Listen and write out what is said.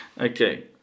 okay